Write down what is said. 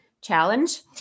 challenge